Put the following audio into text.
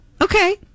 okay